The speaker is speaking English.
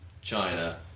China